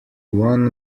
one